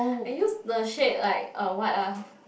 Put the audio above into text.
I use the shade like uh what ah